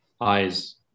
eyes